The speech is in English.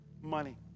money